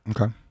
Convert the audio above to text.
Okay